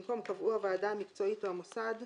במקום "קבעו הוועדה המקצועית או המוסד"